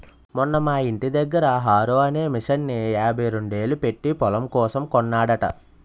మొన్న మా యింటి దగ్గర హారో అనే మిసన్ని యాభైరెండేలు పెట్టీ పొలం కోసం కొన్నాడట